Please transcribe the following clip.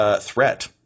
Threat